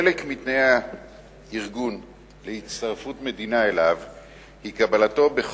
חלק מתנאי הארגון להצטרפות מדינה אליו הוא קבלתן,